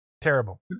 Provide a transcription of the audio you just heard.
Terrible